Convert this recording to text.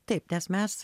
taip nes mes